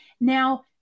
Now